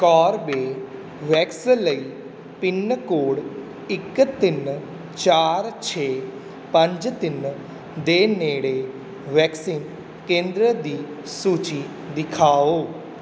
Corbevax ਲਈ pin code ਇੱਕ ਤਿੰਨ ਚਾਰ ਛੇ ਪੰਜ ਤਿੰਨ ਦੇ ਨੇੜੇ ਵੈਕਸੀਨ ਕੇਂਦਰ ਦੀ ਸੂਚੀ ਦਿਖਾਓ